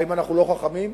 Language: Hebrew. האם אנחנו לא חכמים?